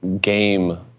game